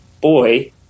boy